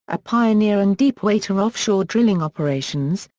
a pioneer in deepwater offshore drilling operations,